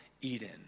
Eden